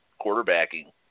quarterbacking